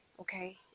okay